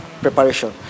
preparation